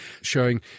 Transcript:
showing